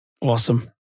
Awesome